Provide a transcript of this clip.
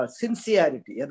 sincerity